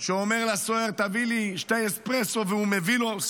שאומר לסוהר: תביא לי שני אספרסו, והוא מביא לו.